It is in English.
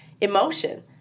emotion